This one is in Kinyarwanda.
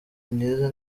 myiza